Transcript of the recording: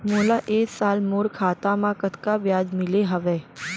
मोला ए साल मोर खाता म कतका ब्याज मिले हवये?